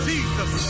Jesus